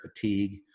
fatigue